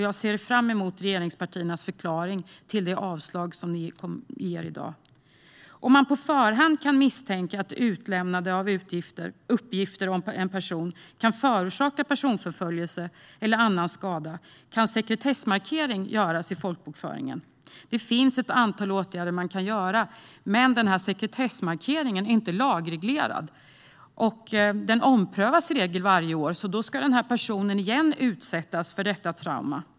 Jag ser fram emot regeringspartiernas förklaring till det avslag ni yrkar på i dag. Om man på förhand kan misstänka att utlämnande av uppgifter om en person kan förorsaka personförföljelse eller annan skada kan sekretessmarkering göras i folkbokföringen. Det finns ett antal åtgärder man kan vidta, men sekretessmarkeringen är inte lagreglerad. Den omprövas också i regel varje år, och då ska personen det gäller alltså återigen utsättas för detta trauma.